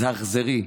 זה אכזרי.